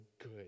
good